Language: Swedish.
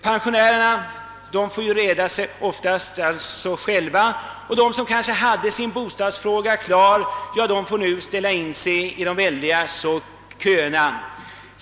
Pensionärerna, som oftast förut kunde reda sig själva och hade sin bostadsfråga ordnad, får nu ställa sig i de väldiga köerna.